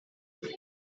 that